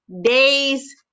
days